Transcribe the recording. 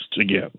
again